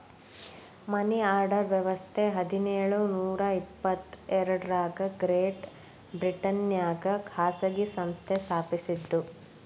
ಮನಿ order ವ್ಯವಸ್ಥ ಹದಿನೇಳು ನೂರ ಎಪ್ಪತ್ ಎರಡರಾಗ ಗ್ರೇಟ್ ಬ್ರಿಟನ್ನ್ಯಾಗ ಖಾಸಗಿ ಸಂಸ್ಥೆ ಸ್ಥಾಪಸಿದ್ದು